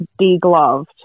degloved